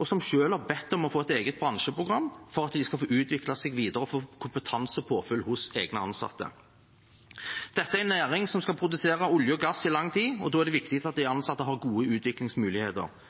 og som selv har bedt om å få et eget bransjeprogram for at de skal få utviklet seg videre og gi kompetanse og påfyll til egne ansatte. Dette er en næring som skal produsere olje og gass i lang tid, og da er det viktig at de ansatte har gode utviklingsmuligheter.